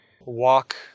walk